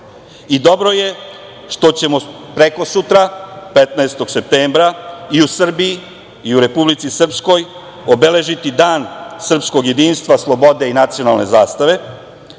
i dobro je što ćemo prekosutra 15. septembra i u Srbiji i u Republici Srpskoj obeležiti Dan srpskog jedinstva slobode i nacionalne zastave. Dobro